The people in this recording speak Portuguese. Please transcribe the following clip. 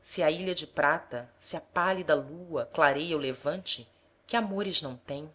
se a ilha de prata se a pálida lua clareia o levante que amores não tem